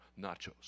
nachos